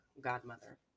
godmother